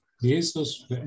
jesus